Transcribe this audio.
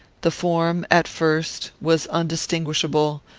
the form, at first, was undistinguishable,